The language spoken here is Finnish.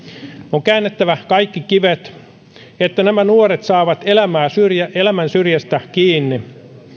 on käännettävä kaikki kivet että nämä nuoret saavat elämän syrjästä kiinni